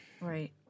Right